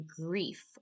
grief